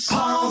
Paul